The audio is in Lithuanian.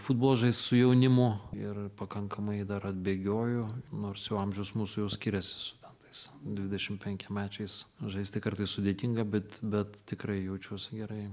futbolą žaist su jaunimu ir pakankamai dar bėgioju nors jau amžius mūsų jau skiriasi studentais dvidešim penkiamečiais žaisti kartais sudėtinga bet bet tikrai jaučiuosi gerai